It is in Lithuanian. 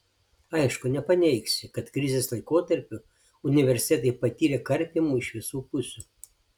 aišku nepaneigsi kad krizės laikotarpiu universitetai patyrė karpymų iš visų pusių